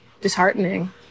disheartening